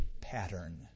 pattern